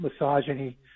misogyny